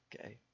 okay